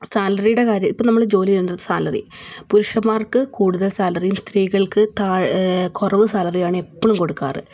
സാലറീടെ കാര്യം ഇപ്പോൾ നമ്മൾ ജോലി ചെയ്യേണ്ടത് സാലറി പുരുഷൻന്മാർക്ക് കൂടുതൽ സാലറീം സ്ത്രീകൾക്ക് താഴ് കുറവ് സാലറിയാണ് എപ്പോഴും കൊടുക്കാറ്